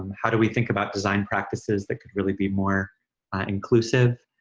um how do we think about design practices that could really be more inclusive?